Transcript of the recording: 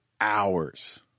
hours